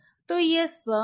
तो यह स्पर्म है